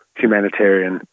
humanitarian